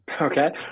Okay